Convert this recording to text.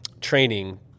training